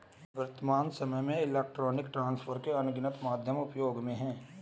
वर्त्तमान सामय में इलेक्ट्रॉनिक ट्रांसफर के अनगिनत माध्यम उपयोग में हैं